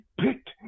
picked